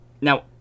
now